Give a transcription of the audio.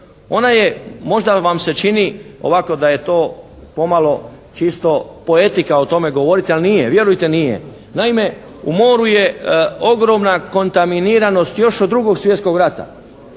Ona je možda vam se čini ovako da je to pomalo čisto poetika o tome govoriti, ali nije. Vjerujte nije. Naime, u moru je ogromna kontaminiranost još od 2. svjetskog rata.